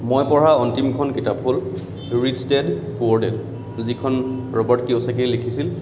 মই পঢ়া অন্তিমখন কিতাপ হ'ল ৰিচ ডেড প'ৰ ডেড যিখন ৰবাৰ্টকিয়চাকিয়ে লিখিছিল